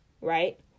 right